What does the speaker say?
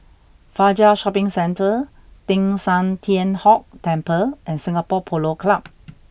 Fajar Shopping Centre Teng San Tian Hock Temple and Singapore Polo Club